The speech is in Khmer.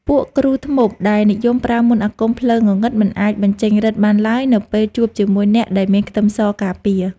ពួកគ្រូធ្មប់ដែលនិយមប្រើមន្តអាគមផ្លូវងងឹតមិនអាចបញ្ចេញឫទ្ធិបានឡើយនៅពេលជួបជាមួយអ្នកដែលមានខ្ទឹមសការពារ។